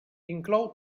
inclou